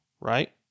right